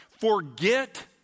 Forget